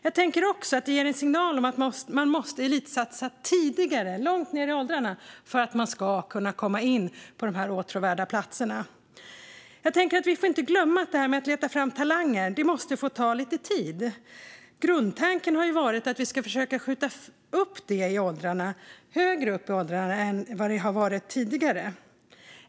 Jag tänker också att det ger en signal om att elitsatsa tidigare, långt ned i åldrarna, för att kunna få en av de åtråvärda platserna. Vi inte får glömma att det här med att leta fram talanger måste få ta lite tid. Grundtanken har varit att försöka skjuta det högre upp i åldrarna än tidigare.